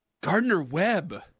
Gardner-Webb